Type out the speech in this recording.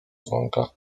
dzwonka